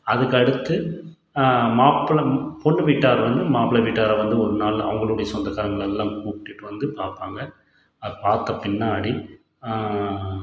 அதுக்கடுத்து மாப்பிள்ளை பொண்ணு வீட்டார் வந்து மாப்பிள்ளை வீட்டாரை வந்து ஒரு நாளில் அவங்களுடைய சொந்தக்காரங்களெல்லாம் கூப்ட்டுட்டு வந்து பார்ப்பாங்க அதை பார்த்த பின்னாடி